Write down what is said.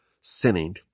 sinning